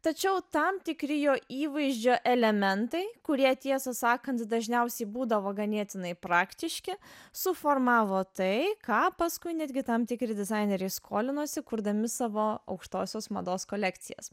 tačiau tam tikri jo įvaizdžio elementai kurie tiesą sakant dažniausiai būdavo ganėtinai praktiški suformavo tai ką paskui netgi tam tikri dizaineriai skolinosi kurdami savo aukštosios mados kolekcijas